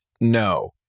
no